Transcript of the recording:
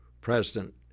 president